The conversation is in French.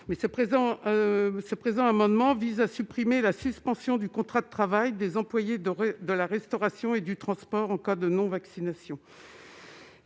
Le présent amendement vise à supprimer la suspension du contrat de travail des employés de la restauration et du transport en cas de non-vaccination.